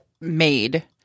made